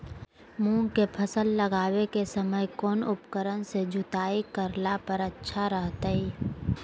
मूंग के फसल लगावे के समय कौन उपकरण से जुताई करला पर अच्छा रहतय?